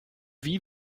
wie